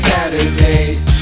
Saturdays